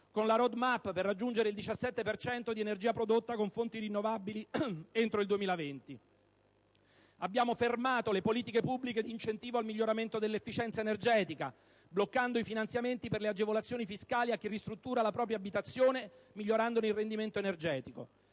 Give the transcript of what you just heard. con la r*oad map* per raggiungere il 17 per cento di energia prodotta con fonti rinnovabili entro il 2020. Abbiamo fermato le politiche pubbliche d'incentivo al miglioramento dell'efficienza energetica, bloccando i finanziamenti per le agevolazioni fiscali a chi ristruttura la propria abitazione, migliorandone il rendimento energetico.